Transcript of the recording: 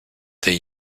they